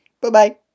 Bye-bye